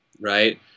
right